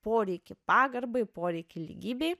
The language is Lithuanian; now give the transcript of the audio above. poreikį pagarbai poreikį lygybei